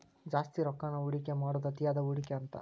ಜಾಸ್ತಿ ರೊಕ್ಕಾನ ಹೂಡಿಕೆ ಮಾಡೋದ್ ಅತಿಯಾದ ಹೂಡಿಕೆ ಅಂತ